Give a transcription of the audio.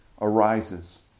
arises